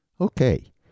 Okay